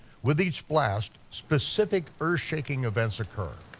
with each blast, specific earth-shaking events occur.